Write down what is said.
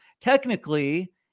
technically